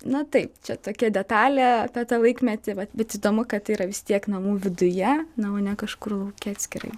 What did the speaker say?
na taip čia tokia detalė apie tą laikmetį vat bet įdomu kad tai yra vis tiek namų viduje na o ne kažkur lauke atskirai